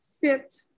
fit